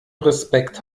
respekt